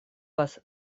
вас